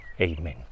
Amen